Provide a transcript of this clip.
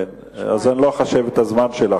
אז אני לא אחשב את הזמן שלך.